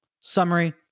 summary